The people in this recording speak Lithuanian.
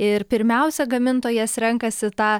ir pirmiausia gamintojas renkasi tą